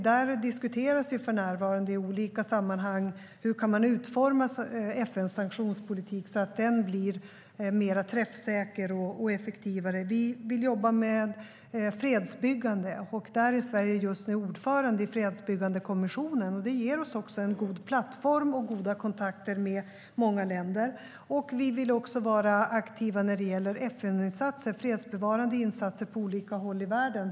Där diskuteras för närvarande i olika sammanhang hur man kan utforma FN:s sanktionspolitik så att den blir mer träffsäker och effektivare. Vi vill jobba med fredsbyggande. Sverige är just nu ordförande i den fredsbyggande kommissionen. Det ger oss en god plattform och goda kontakter med många länder. Vi vill också vara aktiva när det gäller FN:s fredsbevarande insatser på olika håll i världen.